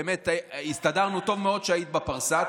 באמת הסתדרנו טוב מאוד כשהיית בפרסה.